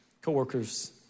coworkers